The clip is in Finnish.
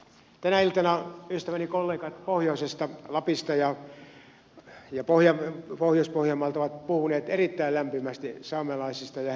tänä iltana ystäväni kollegat pohjoisesta lapista ja pohjois pohjanmaalta ovat puhuneet erittäin lämpimästi saamelaisista ja heidän puolestaan